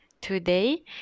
Today